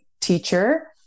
teacher